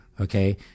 okay